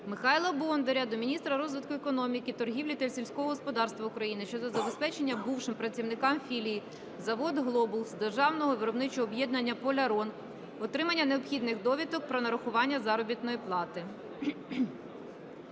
Михайла Бондаря до міністра розвитку економіки, торгівлі та сільського господарства України щодо забезпечення бувшим працівникам філії "Завод "Глобус" Державного виробничого об'єднання "Полярон" отримання необхідних довідок про нарахування заробітної плати.